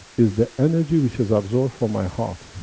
is the energy which is absorbed from my heart,